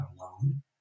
alone